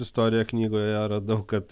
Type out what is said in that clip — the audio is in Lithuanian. istoriją knygoje radau kad